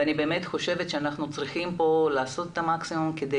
ואני באמת חושבת שאנחנו צריכים פה לעשות את המקסימום כדי